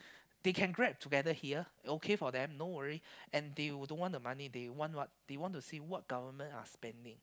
they can Grab together here okay for them no worry and they will don't want the money they want what they want to see what government are spending